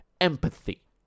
empathy